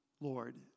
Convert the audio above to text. Lord